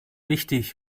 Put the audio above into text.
wichtig